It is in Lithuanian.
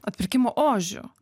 atpirkimo ožiu